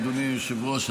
אדוני היושב-ראש,